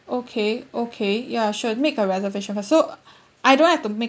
okay okay ya should make a reservation first so I don't have to